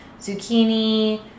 zucchini